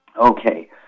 Okay